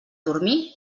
dormir